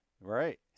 Right